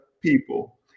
people